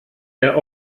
der